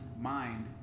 mind